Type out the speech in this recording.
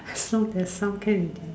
as long as there's sound can already